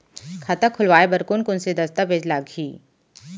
खाता खोलवाय बर कोन कोन से दस्तावेज लागही?